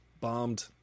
bombed